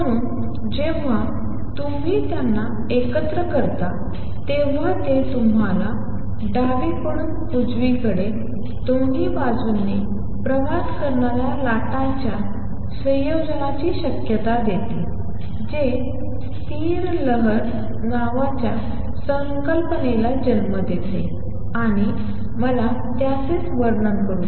म्हणून जेव्हा तुम्ही त्यांना एकत्र करता तेव्हा ते तुम्हाला डावीकडून उजवीकडे दोन्ही बाजूंनी प्रवास करणाऱ्या लाटांच्या संयोगाची शक्यता देते जे स्थिर लहर नावाच्या संकल्पनेला जन्म देते आणि मला त्याचे वर्णन करू द्या